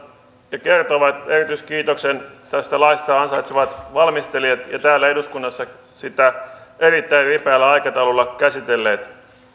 ja kertoivat erityiskiitoksen tästä laista ansaitsevat valmistelijat ja täällä eduskunnassa sitä erittäin ripeällä aikataululla käsitelleet